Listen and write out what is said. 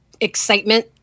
excitement